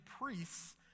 priests